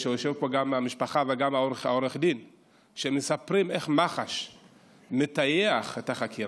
שיושבים פה גם מהמשפחה וגם עורך הדין ומספרים איך מח"ש מטייח את החקירה,